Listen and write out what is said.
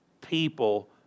people